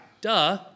duh